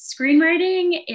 Screenwriting